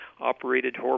operated